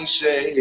say